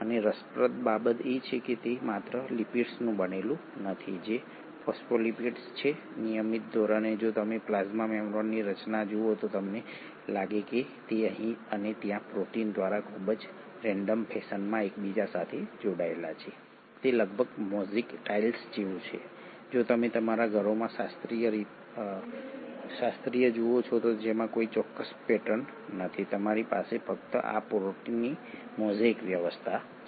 અને રસપ્રદ બાબત એ છે કે તે માત્ર લિપિડ્સનું બનેલું નથી જે ફોસ્ફોલિપિડ્સ છે નિયમિત ધોરણે જો તમે પ્લાઝ્મા મેમ્બ્રેનની રચના જુઓ તો તમને લાગે છે કે તે અહીં અને ત્યાં પ્રોટીન દ્વારા ખૂબ જ રેન્ડમ ફેશનમાં એકબીજા સાથે જોડાયેલા છે તે લગભગ મોઝેઇક ટાઇલ્સ જેવું છે જે તમે તમારા ઘરોમાં શાસ્ત્રીય રીતે જુઓ છો જેમાં કોઈ ચોક્કસ પેટર્ન નથી તમારી પાસે ફક્ત આ પ્રોટીનની મોઝેઇક વ્યવસ્થા છે